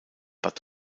bad